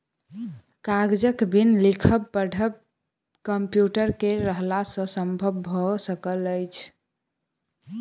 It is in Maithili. कागजक बिन लिखब पढ़ब कम्प्यूटर के रहला सॅ संभव भ सकल अछि